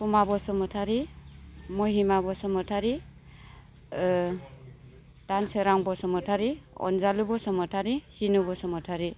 Phuma Basumatary Mahima Basumatary Dansorang Basumatary Anjalu Basumatary Jinu Basumatary